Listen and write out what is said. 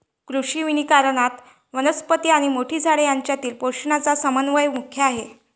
कृषी वनीकरणात, वनस्पती आणि मोठी झाडे यांच्यातील पोषणाचा समन्वय मुख्य आहे